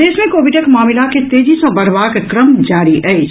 प्रदेश मे कोविडक मामिला के तेजी सँ बढ़बाक क्रम जारी अछि